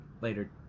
later